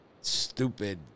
stupid